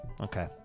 Okay